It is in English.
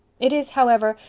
it is, however,